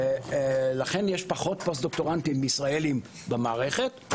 ולכן יש פחות פוסט-דוקטורנטים ישראליים במערכת.